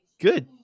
good